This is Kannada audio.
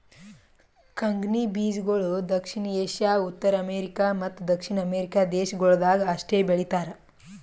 ಕಂಗ್ನಿ ಬೀಜಗೊಳ್ ದಕ್ಷಿಣ ಏಷ್ಯಾ, ಉತ್ತರ ಅಮೇರಿಕ ಮತ್ತ ದಕ್ಷಿಣ ಅಮೆರಿಕ ದೇಶಗೊಳ್ದಾಗ್ ಅಷ್ಟೆ ಬೆಳೀತಾರ